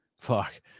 fuck